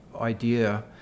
idea